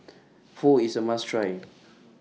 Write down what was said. Pho IS A must Try